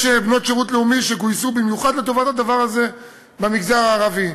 יש בנות שירות לאומי שגויסו במיוחד לטובת הדבר הזה במגזר הערבי.